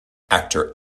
actor